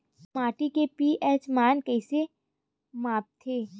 माटी के पी.एच मान कइसे मापथे?